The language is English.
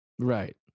Right